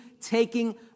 taking